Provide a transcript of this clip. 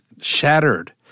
shattered